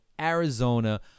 Arizona